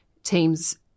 Teams